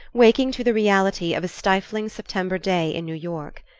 waking to the reality of a stifling september day in new york.